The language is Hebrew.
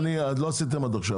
לא עשיתם עד עכשיו.